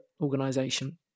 organization